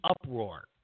uproar